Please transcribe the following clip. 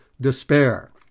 despair